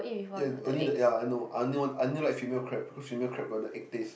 ya only the ya I know I only want I only like female crab cause female crab got the egg taste